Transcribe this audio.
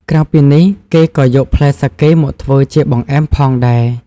ក្រៅពីនេះ គេក៏យកផ្លែសាកេមកធ្វើជា បង្អែម ផងដែរ។